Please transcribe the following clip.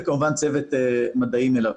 וכמובן צוות מדעי מלווה.